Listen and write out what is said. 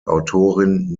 autorin